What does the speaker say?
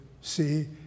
see